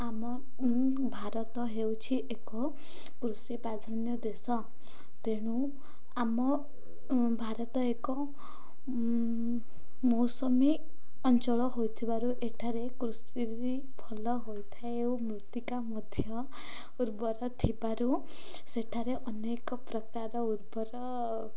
ଆମ ଭାରତ ହେଉଛି ଏକ କୃଷି ପ୍ରାଧାନ୍ୟ ଦେଶ ତେଣୁ ଆମ ଭାରତ ଏକ ମୌସୁମୀ ଅଞ୍ଚଳ ହୋଇଥିବାରୁ ଏଠାରେ କୃଷି ଭଲ ହୋଇଥାଏ ଓ ମୃର୍ତ୍ତିକା ମଧ୍ୟ ଉର୍ବର ଥିବାରୁ ସେଠାରେ ଅନେକ ପ୍ରକାର ଉର୍ବର